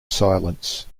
silence